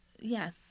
Yes